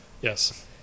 Yes